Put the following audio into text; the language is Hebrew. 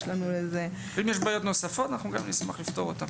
יש לנו --- אם יש בעיות נוספות נשמח לפתור גם אותן.